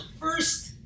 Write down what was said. first